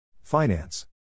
Finance